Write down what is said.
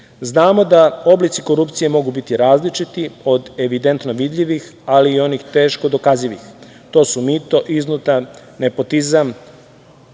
da oblici korupcije mogu biti različiti, od evidentno vidljivih, ali i onih teško dokazivih. To su mito, iznuda, nepotizam,